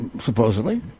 supposedly